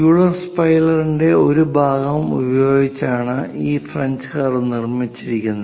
Euler സ്പൈറലിന്റെ ഒരു ഭാഗം ഉപയോഗിച്ചാണ് ഈ ഫ്രഞ്ച് കർവ് നിർമിച്ചിരിക്കുന്നത്